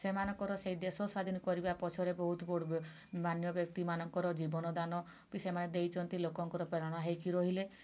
ସେମାନଙ୍କର ସେହି ଦେଶ ସ୍ୱାଧୀନ କରିବା ପଛରେ ବହୁତ ବଡ଼ ମାନ୍ୟବ୍ୟକ୍ତି ମାନଙ୍କର ଜୀବନ ଦାନ ବି ସେମାନେ ଦେଇଛନ୍ତି ଲୋକଙ୍କର ପ୍ରେରଣା ହୋଇକି ରହିଲେ